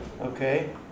Okay